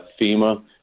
FEMA